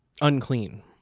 unclean